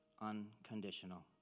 unconditional